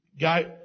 Guy